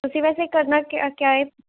ਤੁਸੀਂ ਵੈਸੇ ਕਰਨਾ ਕਿ ਕਿਆ ਏ